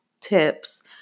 tips